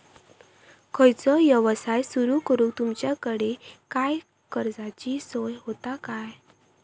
खयचो यवसाय सुरू करूक तुमच्याकडे काय कर्जाची सोय होता काय?